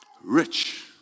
rich